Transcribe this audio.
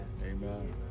Amen